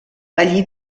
allí